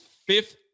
Fifth